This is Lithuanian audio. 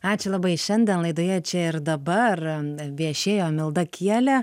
ačiū labai šiandien laidoje čia ir dabar viešėjo milda kielė